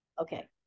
Okay